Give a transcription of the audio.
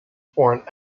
for